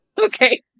okay